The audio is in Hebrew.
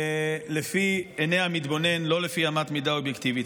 לפי עיני המתבונן ולא לפי אמת מידה אובייקטיבית.